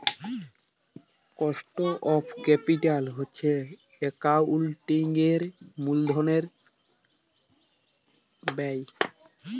cost of capital হছে একাউল্টিংয়ের মূলধল ব্যায়